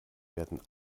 werden